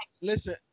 Listen